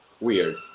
Weird